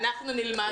אנחנו נלמד.